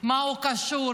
במה הוא קשור,